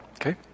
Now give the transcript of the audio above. okay